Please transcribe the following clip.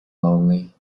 lonely